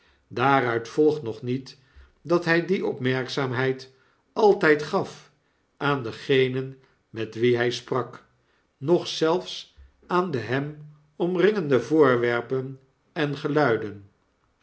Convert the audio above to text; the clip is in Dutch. daaruit volgt nog niet dat hij die opmerkzaamheid altijd gaf aan degenen met wie hij sprak noch zelfs aan de hem omringende voorwerpen en geluiden